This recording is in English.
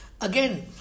Again